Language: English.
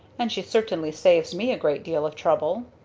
and she certainly saves me a great deal of trouble.